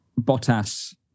Bottas